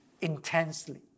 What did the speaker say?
intensely